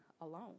alone